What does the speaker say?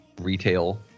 retail